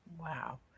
Wow